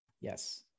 Yes